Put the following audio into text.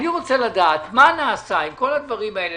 אני רוצה לדעת מה נעשה עם כל הדברים האלה,